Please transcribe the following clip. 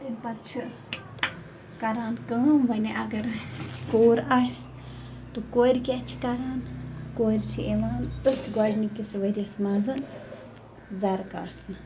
تَمہِ پَتہٕ چھُ کران کٲم وَنہِ اگر کوٗر آسہِ تہٕ کورِ کیٛاہ چھِ کران کورِ چھِ یِوان أتھۍ گۄڈنِکِس ؤرِیَس منٛزَ زَرٕ کاسنہٕ